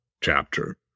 chapter